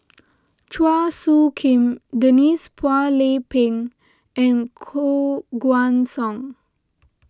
Chua Soo Khim Denise Phua Lay Peng and Koh Guan Song